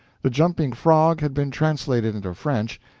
the jumping frog had been translated into french,